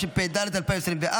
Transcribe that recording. התשפ"ד 2024,